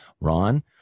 ron